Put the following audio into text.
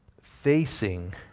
facing